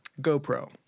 GoPro